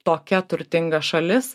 tokia turtinga šalis